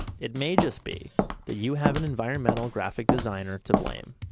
it may just be that you have an environmental graphic designer to blame.